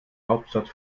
hauptstadt